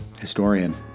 historian